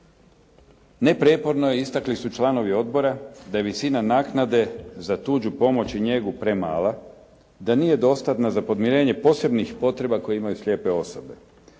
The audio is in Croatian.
Neprijeporno je istakli su članovi odbora da je visina naknade za tuđu pomoć i njegu premala, da nije dostatna za podmirenje posebnih potreba koje imaju slijepe osobe.